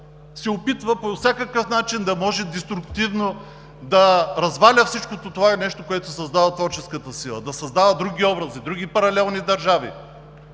се опитва по всякакъв начин деструктивно да разваля всичко това, което се създава от творческата сила, да създава други образи, други паралелни държави.